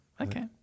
okay